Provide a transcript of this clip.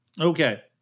Okay